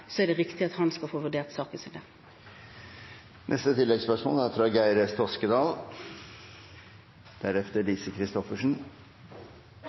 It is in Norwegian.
er det riktig at han skal få vurdert saken sin der. Det blir oppfølgingsspørsmål – først Geir S. Toskedal.